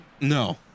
No